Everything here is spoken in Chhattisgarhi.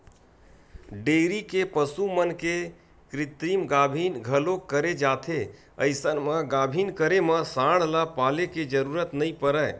डेयरी के पसु मन के कृतिम गाभिन घलोक करे जाथे अइसन म गाभिन करे म सांड ल पाले के जरूरत नइ परय